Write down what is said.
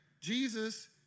Jesus